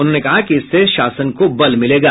उन्होंने कहा कि इससे शासन को बल मिलेगा